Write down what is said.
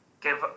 give